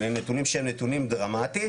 אלה נתונים שהם נתונים דרמטיים.